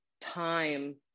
time